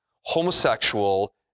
homosexual